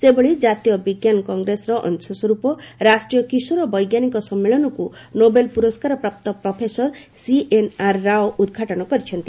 ସେହିଭଳି ଜାତୀୟ ବିଜ୍ଞାନ କଂଗ୍ରେସର ଅଂଶ ସ୍ୱର୍ପ ରାଷ୍ଟ୍ରୀୟ କିଶୋର ବୈଜ୍ଞାନିକ ସମ୍ମେଳନକୁ ନୋବେଲ ପୁରସ୍କାରପ୍ରାପ୍ତ ପ୍ରଫେସର ସିଏନ୍ଆର୍ ରାଓ ଉଦ୍ଘାଟନ କରିଛନ୍ତି